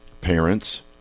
parents